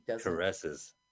caresses